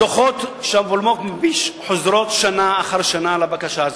הדוחות שהמולמו"פ מגישה חוזרים שנה אחר שנה על הבקשה הזאת.